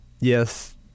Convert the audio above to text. Yes